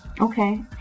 Okay